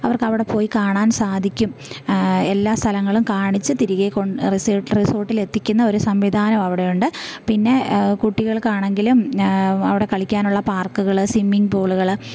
അവർക്കവിടെ പോയി കാണാൻ സാധിക്കും എല്ലാ സ്ഥലങ്ങളും കാണിച്ച് തിരികെ കൊൺ റിസേർ റിസോട്ടിൽ എത്തിക്കുന്ന ഒരു സംവിധാനം അവിടെയുണ്ട് പിന്നെ കുട്ടികൾക്ക് ആണെങ്കിലും അവിടെ കളിക്കാനുള്ള പാർക്കുകൾ സിമ്മിങ് പൂള്കൾ